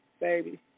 baby